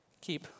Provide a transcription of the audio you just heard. keep